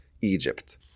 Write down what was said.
Egypt